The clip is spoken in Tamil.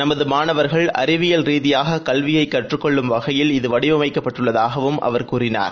நமது மாணவர்கள் அறிவியல் ரீதியாக கல்வியை கற்றுக் கொள்ளும் வகையில் இது வடிவமைக்கப்பட்டுள்ளதாகவும் அவர் கூறினார்